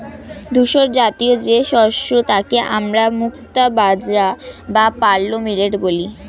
ধূসরজাতীয় যে শস্য তাকে আমরা মুক্তা বাজরা বা পার্ল মিলেট বলি